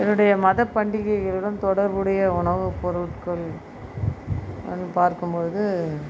என்னுடைய மதப்பண்டிகைகளுடன் தொடர்புடைய உணவு பொருட்கள் என்னு பார்க்கும் பொழுது